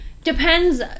depends